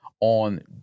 on